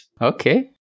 Okay